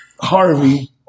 Harvey